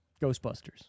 Ghostbusters